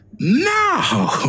now